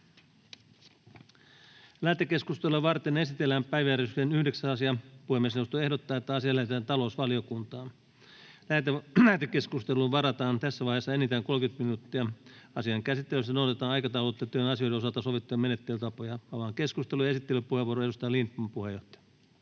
Lähetekeskustelua varten esitellään päiväjärjestyksen 9. asia. Puhemiesneuvosto ehdottaa, että asia lähetetään talousvaliokuntaan. Lähetekeskusteluun varataan tässä vaiheessa enintään 30 minuuttia. Asian käsittelyssä noudatetaan aikataulutettujen asioiden osalta sovittuja menettelytapoja. Avaan keskustelun. — Esittelypuheenvuoro, edustaja Lindtman, puheenjohtaja